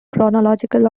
chronological